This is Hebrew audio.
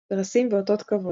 פרסים ואותות כבוד